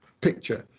picture